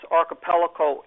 archipelago